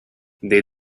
the